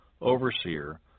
overseer